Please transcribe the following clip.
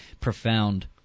Profound